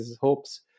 hopes